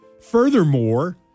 Furthermore